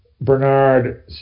Bernard